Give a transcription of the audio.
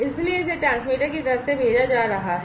इसलिए इसे ट्रांसमीटर की तरफ से भेजा जा रहा है